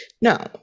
no